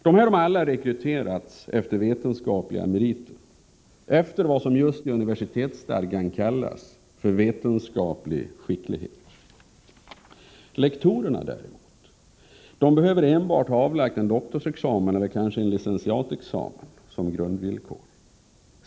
De har alla rekryterats efter vetenskapliga meriter, efter vad som i universitetsstadgan kallas för vetenskaplig skicklighet. För lektorerna däremot är grundvillkoret enbart att de skall ha avlagt en doktorsexamen eller eventuellt licentiatexamen.